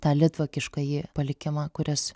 tą litvakiškąjį palikimą kuris